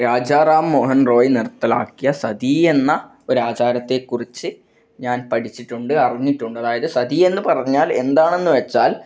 രാജാറാം മോഹൻ റോയ് നിർത്തലാക്കിയ സതി എന്ന ഒരു ആചാരത്തെ കുറിച്ച് ഞാൻ പഠിച്ചിട്ടുണ്ട് അറിഞ്ഞിട്ടുണ്ട് അതായത് സതി എന്ന് പറഞ്ഞാൽ എന്താണെന്ന് വെച്ചാൽ